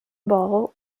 bowl